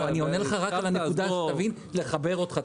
אני רק עונה לך על הנקודה כדי לחבר אותך.